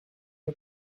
who